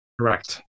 Correct